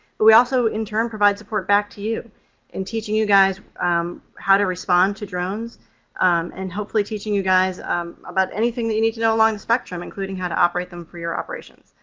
but we also in turn provide support back to you in teaching you guys how to respond to drones and hopefully teaching you guys about anything that you need to know along the spectrum including how to operate them for your operations.